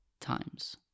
times